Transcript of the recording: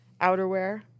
outerwear